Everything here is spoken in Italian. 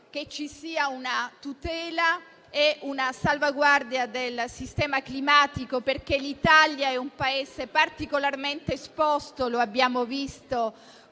che ci sia una tutela e una salvaguardia del sistema climatico. L'Italia è un Paese particolarmente esposto e abbiamo visto